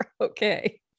Okay